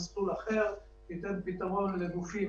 אנחנו מנסים עכשיו לתת פתרון אחר.